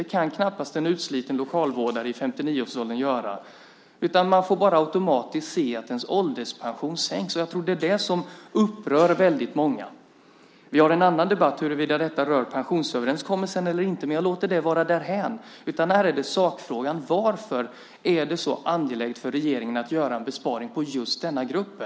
Det kan knappast en utsliten lokalvårdare i 59-årsåldern göra. I stället får man bara automatiskt se att ens ålderspension sänks. Jag tror att det är detta som upprör väldigt många. En annan debatt är den om huruvida detta rör pensionsöverenskommelsen eller inte, men jag lämnar den därhän. Här gäller det sakfrågan: Varför är det så angeläget för regeringen att göra besparingar just när det gäller nämnda grupp?